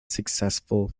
successful